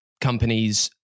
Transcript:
companies